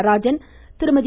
Natarajan Thirumathi